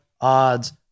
odds